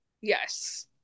Yes